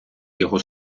його